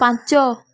ପାଞ୍ଚ